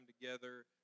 together